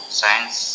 science